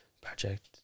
Project